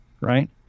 right